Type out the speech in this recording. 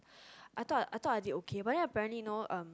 I thought I thought that I did okay but then apparently you know um